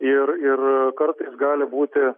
ir ir kartais gali būti